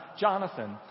Jonathan